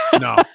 No